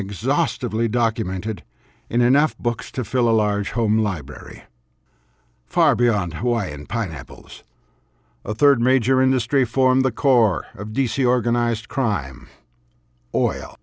exhaustively documented in enough books to fill a large home library far beyond hawaiian pineapples a third major industry form the core of d c organized crime oil